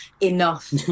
enough